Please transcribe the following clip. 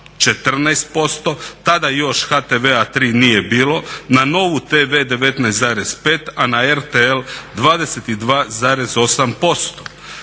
14%, tada još HTV-a 3 nije bilo, na NOVU TV 19,5% a na RTL 22,8%.